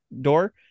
door